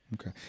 Okay